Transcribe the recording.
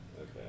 Okay